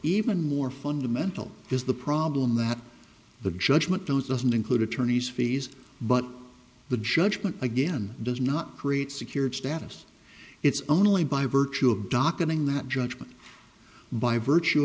even more fundamental is the problem that the judgment those doesn't include attorneys fees but the judgment again does not create secured status it's only by virtue of docketing that judgment by virtue